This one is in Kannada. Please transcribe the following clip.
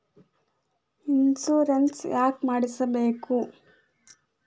ಇನ್ಶೂರೆನ್ಸ್ ಯಾಕ್ ಮಾಡಿಸಬೇಕು?